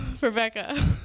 Rebecca